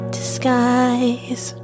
disguise